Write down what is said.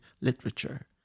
literature